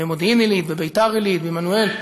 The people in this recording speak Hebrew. במודיעין-עילית, בביתר-עילית, בעמנואל.